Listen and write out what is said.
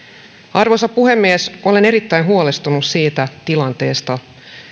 arvoisa puhemies olen erittäin huolestunut siitä tilanteesta